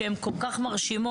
שהן כל כך מרשימות,